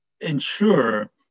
ensure